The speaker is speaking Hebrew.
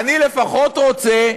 אני לפחות רוצה,